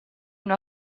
una